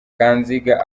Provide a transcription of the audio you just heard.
kanziga